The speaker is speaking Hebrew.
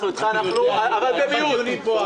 אבל אנחנו במיעוט.